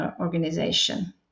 organization